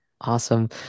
Awesome